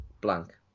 blank